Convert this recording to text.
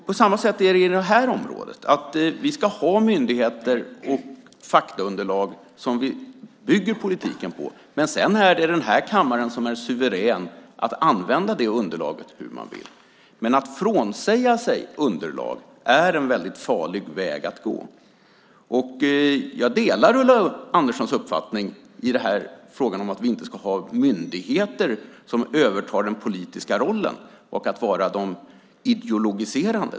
På samma sätt är det på det här området, att vi ska ha myndigheter och faktaunderlag som vi bygger politiken på. Sedan är det den här kammaren som är suverän att använda underlaget hur man vill, men att frånsäga sig underlag är en väldigt farlig väg att gå. Jag delar Ulla Anderssons uppfattning att vi inte ska ha myndigheter som övertar den politiska rollen och är de ideologiserande.